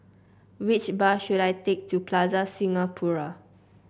which bus should I take to Plaza Singapura